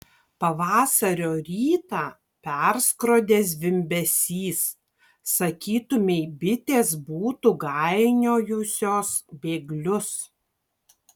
pavasario rytą perskrodė zvimbesys sakytumei bitės būtų gainiojusios bėglius